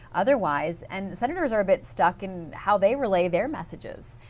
otherwise, and senators are but stuck and how they relate their messages.